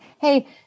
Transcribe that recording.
hey